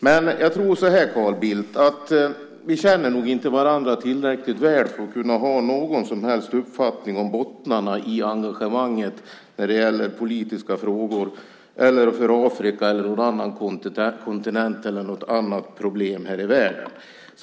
Men jag tror att det är så här, Carl Bildt: Vi känner nog inte varandra tillräckligt väl för att kunna ha någon som helst uppfattning om bottnarna i engagemanget när det gäller politiska frågor eller för Afrika, för någon annan kontinent eller för något annat problem här i världen.